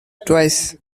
twice